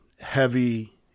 heavy